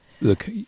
Look